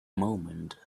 moment